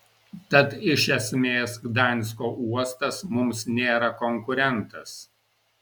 tad iš esmės gdansko uostas mums nėra konkurentas